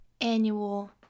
annual